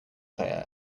player